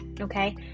okay